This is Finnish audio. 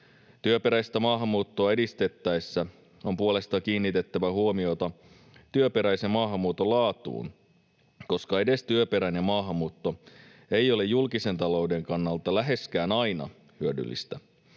Työperäistä maahanmuuttoa edistettäessä on puolestaan kiinnitettävä huomiota työperäisen maahanmuuton laatuun, koska edes työperäinen maahanmuutto ei ole julkisen talouden kannalta läheskään aina hyödyllistä.